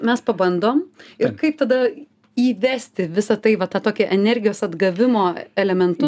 mes pabandom ir kai tad įvesti visa tai va tą tokį energijos atgavimo elementu